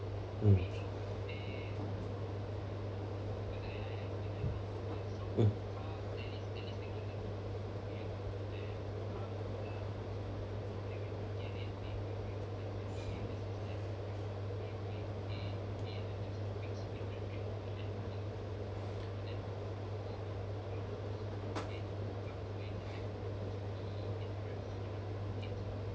mm mm